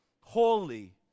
holy